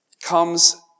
comes